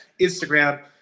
Instagram